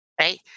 right